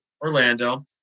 Orlando